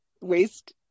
waste